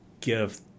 give